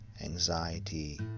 anxiety